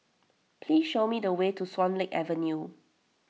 please show me the way to Swan Lake Avenue